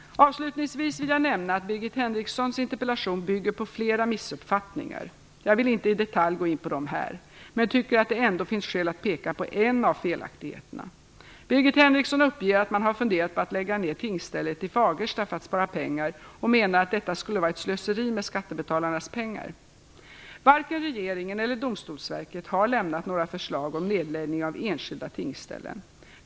Avslutningsvis vill jag nämna att Birgit Henrikssons interpellation bygger på flera missuppfattningar. Jag vill inte i detalj gå in på dem här, men tycker att det ändå finns skäl att peka på en av felaktigheterna. Birgit Henriksson uppger att man har funderat på att lägga ned tingsstället i Fagersta för att spara pengar och menar att detta skulle vara ett slöseri med skattebetalarnas pengar. Varken regeringen eller Domstolsverket har lämnat några förslag om nedläggning av enskilda tingsställen.